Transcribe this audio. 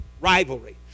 rivalry